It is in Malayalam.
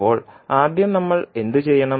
ഇപ്പോൾ ആദ്യം നമ്മൾ എന്തുചെയ്യണം